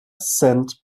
cent